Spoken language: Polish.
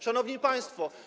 Szanowni Państwo!